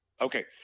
Okay